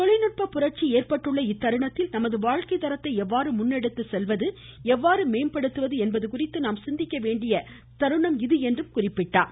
தொழில்நுட்ப புரட்சி ஏற்பட்டுள்ள இத்தருணத்தில் நமது வாழ்க்கை தரத்தை எவ்வாறு முன்னெடுத்துச்செல்வோம் எவ்வாறு மேம்படுத்துவோம் என்பது குறித்து நாம் சிந்திக்க வேண்டிய தருணம் இது என்று குறிப்பிட்டார்